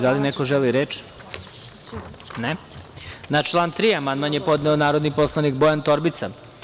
Da li neko želi reč? (Ne) Na član 3. amandman je podneo narodni poslanik Bojan Torbica.